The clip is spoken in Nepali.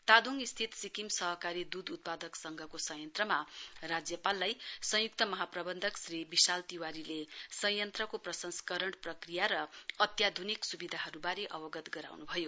तादोङस्थित सिक्किम सहकारी दुध उत्पादक संघको संयन्त्रमा राज्यपाललाई संयुक्त महाप्रबन्धक श्री बिशाल तिवारीले संयन्त्रको प्रंसस्करण प्रक्रिया र अत्याधुनिक सुविधाहरूबारे अवगत गराउन्भयो